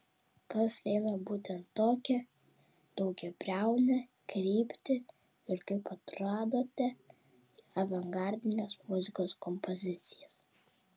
kas lėmė būtent tokią daugiabriaunę kryptį ir kaip atradote avangardinės muzikos kompozicijas